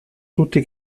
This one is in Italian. tutti